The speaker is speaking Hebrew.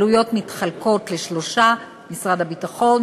העלויות מתחלקות בין שלושה: משרד הביטחון,